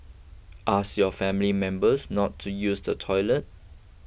ask your family members not to use the toilet